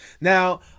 Now